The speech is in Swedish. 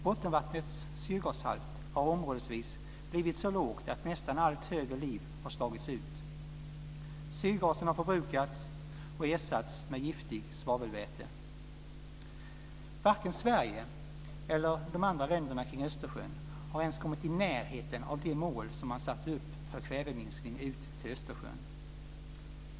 Bottenvattnets syrgashalt har områdesvis blivit så låg att nästan allt högre liv har slagits ut. Syrgasen har förbrukats och ersatts av giftigt svavelväte. Varken Sverige eller de andra länderna kring Östersjön har ens kommit i närheten av de mål som man satt upp för minskning av kvävet ut till Östersjön.